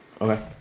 Okay